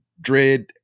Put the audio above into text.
dread